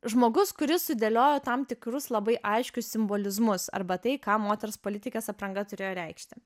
žmogus kuris sudėliojo tam tikrus labai aiškius simbolizmus arba tai ką moters politikės apranga turėjo reikšti